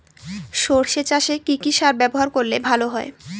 সর্ষে চাসে কি কি সার ব্যবহার করলে ভালো হয়?